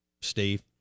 Steve